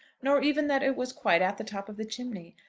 nor even that it was quite at the top of the chimney.